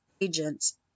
Agents